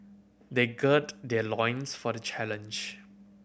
they gird their loins for the challenge